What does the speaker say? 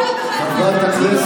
מי שואל אותך?